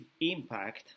impact